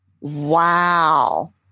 Wow